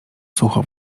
sucho